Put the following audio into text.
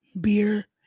beer